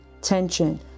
tension